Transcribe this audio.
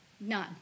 none